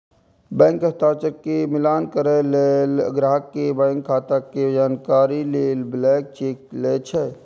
bank हस्ताक्षर के मिलान करै लेल, ग्राहक के बैंक खाता के जानकारी लेल ब्लैंक चेक लए छै